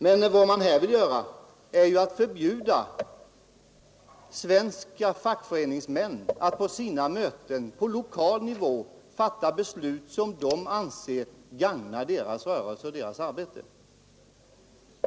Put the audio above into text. Men vad man här vill göra är ju att förbjuda svenska fackföreningsmän att på sina möten, på lokalnivå, fatta beslut som de anser gagna deras rörelse och deras arbete.